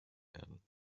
werden